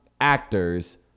actors